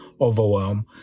overwhelm